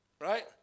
Right